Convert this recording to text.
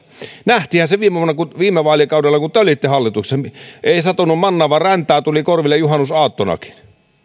nähtiinhän se viime vaalikaudella kun te olitte hallituksessa ei satanut mannaa vaan räntää tuli korville juhannusaattonakin